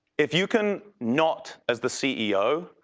if you can not as the ceo,